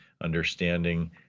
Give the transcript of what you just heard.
understanding